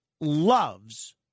loves